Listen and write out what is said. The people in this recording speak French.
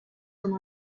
comme